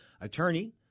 attorney